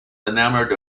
enamored